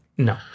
No